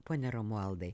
pone romualdai